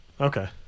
Okay